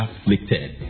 afflicted